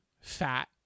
fat